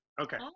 Okay